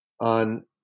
on